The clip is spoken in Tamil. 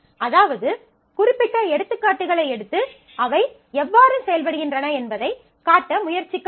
அதாவது குறிப்பிட்ட எடுத்துக்காட்டுகளை எடுத்து அவை எவ்வாறு செயல்படுகின்றன என்பதைக் காட்ட முயற்சிக்கவில்லை